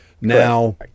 now